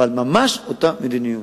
אבל ממש אותה מדיניות.